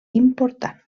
important